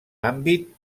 àmbit